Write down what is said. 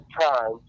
time